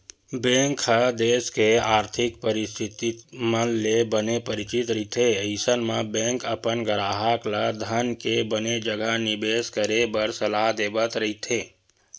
bank ह देस के आरथिक परिस्थिति मन ले बने परिचित रहिथे अइसन म बेंक अपन गराहक ल धन के बने जघा निबेस करे बर सलाह देवत रहिथे